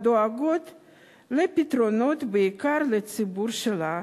הדואגת לפתרונות, בעיקר לציבור שלה,